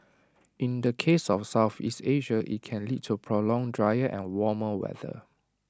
in the case of Southeast Asia IT can lead to prolonged drier and warmer weather